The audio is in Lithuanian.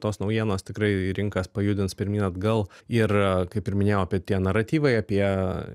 tos naujienos tikrai rinkas pajudins pirmyn atgal ir kaip ir minėjau apie tie naratyvai apie